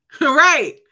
right